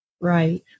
Right